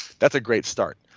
that's a great start.